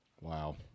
Wow